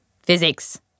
Physics